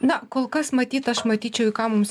na kol kas matyt aš matyčiau į ką mums